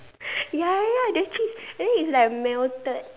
ya the cheese and then it's like melted